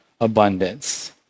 Abundance